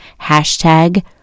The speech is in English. Hashtag